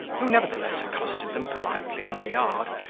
who, nevertheless, accosted them politely in the yard,